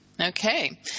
okay